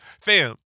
fam